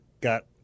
got